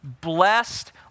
blessed